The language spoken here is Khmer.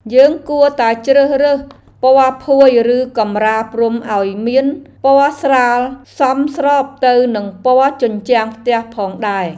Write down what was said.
យើងគួរតែជ្រើសរើសពណ៌ភួយឬកម្រាលព្រំឱ្យមានពណ៌ស្រាលសមស្របទៅនឹងពណ៌ជញ្ជាំងផ្ទះផងដែរ។